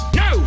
no